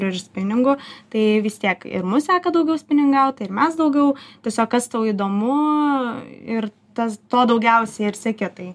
ir spiningu tai vis tiek ir mus seka daugiau spiningautojai ir mes daugiau tiesiog kas tau įdomu ir tas to daugiausiai ir seki tai